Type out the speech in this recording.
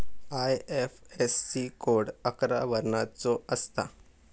IFSC code अकरा वर्णाचो असता